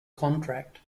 contract